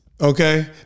Okay